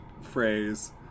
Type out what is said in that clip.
phrase